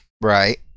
right